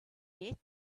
yet